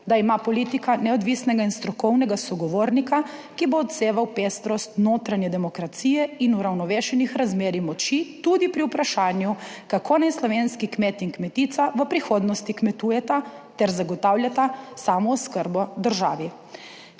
da ima politika neodvisnega in strokovnega sogovornika, ki bo odseval pestrost notranje demokracije in uravnovešenih razmerij moči tudi pri vprašanju, kako naj slovenski kmet in kmetica v prihodnosti kmetujeta ter zagotavljata samooskrbo državi.